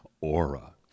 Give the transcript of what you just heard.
aura